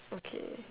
okay